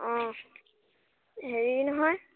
অঁ হেৰি নহয়